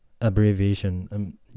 abbreviation